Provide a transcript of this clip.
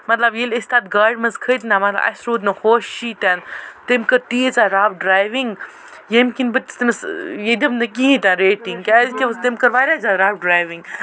مطلب ییٚلہِ أسۍ تَتھ گاڈِ منٛز کٔتھۍ نہ اَسہِ روٗد نہٕ ہوشٕے تَتہِ تٔمۍ کٔر تیٖژاہ رَف ڈریوِنگ ییٚمہِ کِنۍ بہٕ تٔمِس یہِ دِمہٕ نھٕ کِہیٖنۍ تہِ نہٕ رٮ۪ٹِنگ کیازِ کہِ تٔمۍ کٔر واریاہ زیادٕ رف ڈرٮ۪وِنگ